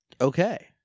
Okay